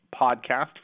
podcast